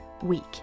week